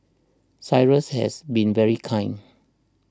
Cyrus has been very kind